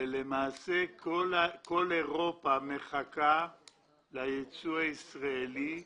למעשה כל אירופה מחכה ליצוא הישראלי,